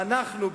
ואנחנו,